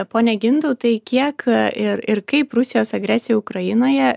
pone gintautai kiek ir ir kaip rusijos agresija ukrainoje